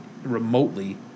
remotely